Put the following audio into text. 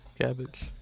cabbage